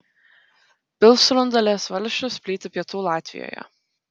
pilsrundalės valsčius plyti pietų latvijoje